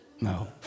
No